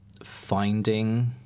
Finding